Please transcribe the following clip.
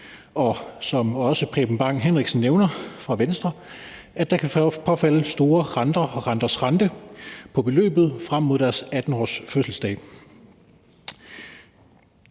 og som Preben Bang Henriksen fra Venstre nævner, at der kan trækkes store renter og renters rente på beløbet frem mod deres 18-årsfødselsdag,